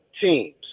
teams